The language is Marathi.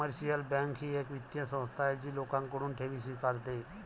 कमर्शियल बँक ही एक वित्तीय संस्था आहे जी लोकांकडून ठेवी स्वीकारते